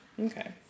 okay